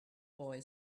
boy